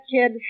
kid